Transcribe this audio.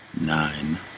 nine